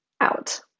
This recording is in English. out